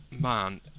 man